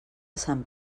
sant